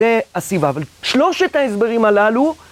זה הסיבה, אבל שלושת ההסברים הללו